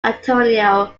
antonio